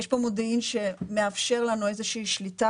יש פה מודיעין שמאפשר לנו איזושהי שליטה